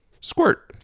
Squirt